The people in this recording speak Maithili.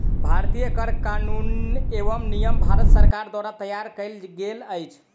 भारतीय कर कानून एवं नियम भारत सरकार द्वारा तैयार कयल गेल अछि